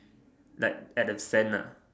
like at the sand lah